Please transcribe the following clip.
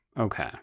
Okay